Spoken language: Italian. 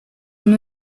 new